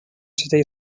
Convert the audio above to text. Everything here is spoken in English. today